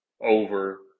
over